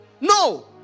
no